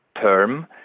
term